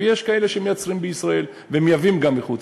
ויש כאלה שמייצרים בישראל ומייבאים גם מחו"ל.